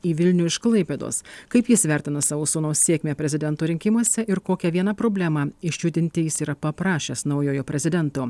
į vilnių iš klaipėdos kaip jis vertina savo sūnaus sėkmę prezidento rinkimuose ir kokią vieną problemą išjudinti jis yra paprašęs naujojo prezidento